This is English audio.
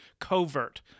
covert